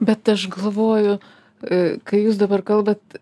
bet aš galvoju kai jūs dabar kalbat